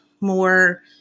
more